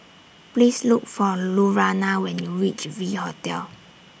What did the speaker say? Please Look For Lurana when YOU REACH V Hotel